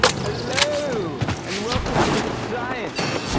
hello, and welcome to science.